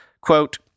Quote